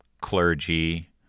clergy